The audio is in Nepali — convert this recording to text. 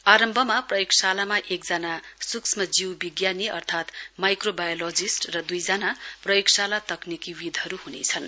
आरम्भमा प्रयोगशालामा एकजना सूक्ष्मजीवविज्ञानी अर्थात् माइक्रोवायोलोजिस्ट र दुईजना प्रयोगशाला तकनिकीविदहरू हुनेछन्